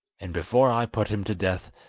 and before i put him to death,